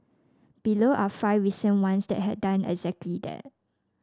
below are five recent ones that have done exactly that